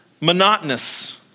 Monotonous